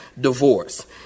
divorce